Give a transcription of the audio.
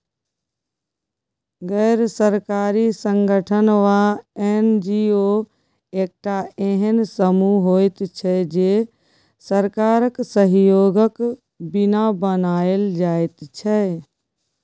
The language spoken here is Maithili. गैर सरकारी संगठन वा एन.जी.ओ एकटा एहेन समूह होइत छै जे सरकारक सहयोगक बिना बनायल जाइत छै